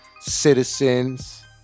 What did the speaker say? citizens